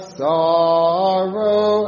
sorrow